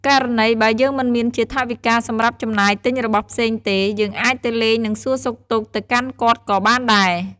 ករណីបើយើងមិនមានជាថវិការសម្រាប់ចំណាយទិញរបស់ផ្សេងទេ យើងអាចទៅលេងនិងសួរសុខទុក្ខទៅកាន់គាត់ក៏បានដែរ។